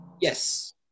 Yes